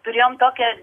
turėjome tokią